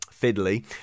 Fiddly